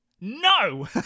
no